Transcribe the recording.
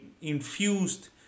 infused